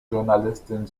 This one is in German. journalistin